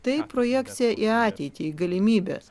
tai projekcija į ateitį į galimybes